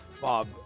Bob